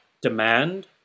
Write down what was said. demand